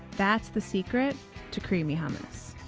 that's the secret too creamy hummus.